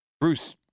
Bruce